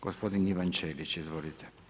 Gospodin Ivan Ćelić, izvolite.